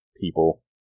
people